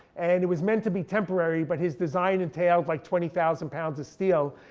and it was meant to be temporary, but his design entails like twenty thousand pounds of steel.